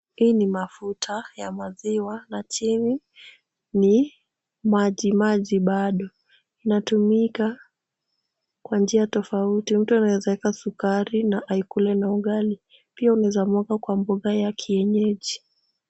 Hii ni mafuta ya maziwa na chini ni majimaji bado. Inatumika kwa njia tofauti. Mtu anaweza weka sukari na aikule na ugali. Pia unaweza mwaga kwa mboga ya kienyeji.